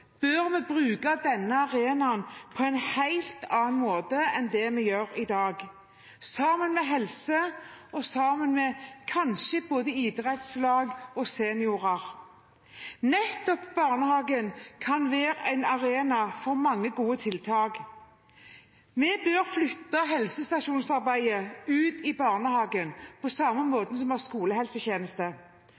bør vi bruke denne arenaen på en helt annen måte enn det vi gjør i dag – sammen med helseetaten og kanskje med både idrettslag og seniorer. Nettopp barnehagen kan være en arena for mange gode tiltak. Vi bør flytte helsestasjonsarbeidet ut i barnehagen, på samme måte som vi har skolehelsetjeneste.